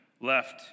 left